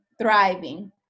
thriving